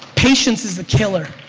patience is the killer.